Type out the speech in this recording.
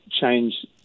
change